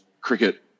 cricket